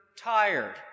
tired